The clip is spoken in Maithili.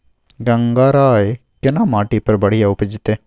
गंगराय केना माटी पर बढ़िया उपजते?